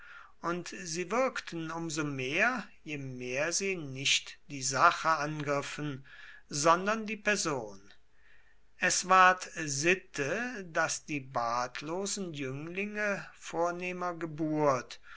und sie wirkten um so mehr je mehr sie nicht die sache angriffen sondern die person es ward sitte daß die bartlosen jünglinge vornehmer geburt